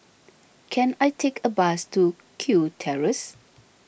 can I take a bus to Kew Terrace